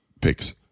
picks